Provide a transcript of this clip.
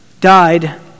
died